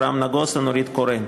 אברהם נגוסה ונורית קורן,